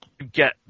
Get